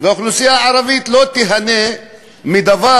והאוכלוסייה הערבית לא תיהנה מדבר.